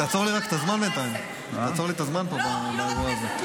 תעצור לי את הזמן בינתיים באירוע הזה.